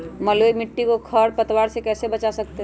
बलुई मिट्टी को खर पतवार से कैसे बच्चा सकते हैँ?